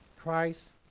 Christ